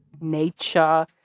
nature